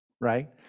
right